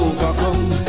Overcome